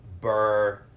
Burr